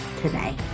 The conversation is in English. today